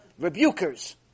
Rebukers